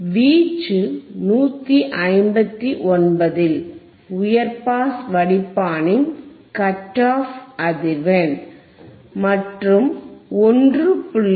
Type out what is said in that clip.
வீச்சு 159 இல் உயர் பாஸ் வடிப்பானின் கட் ஆப் அதிர்வெண் மற்றும் 1